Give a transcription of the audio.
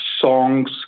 songs